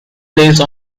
place